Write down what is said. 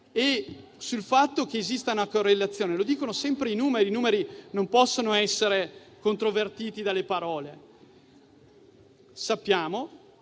è il *trend*. Che esista una correlazione lo dicono sempre i numeri, che non possono essere controvertiti dalle parole. Sappiamo